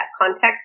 context